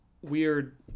Weird